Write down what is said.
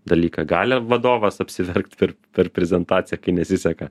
dalyką gali vadovas apsiverkt per per prezentaciją kai nesiseka